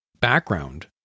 background